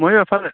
ময়ো এফালে